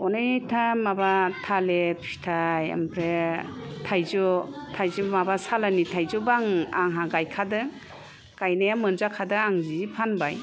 अनेक था माबा थालिर फिथाइ ओमफ्राय थायजौ थायजौ माबा सालानि थाइजौ बा आं आंहा गायखादों गायनाया मोनजाखादों आं जि फानबाय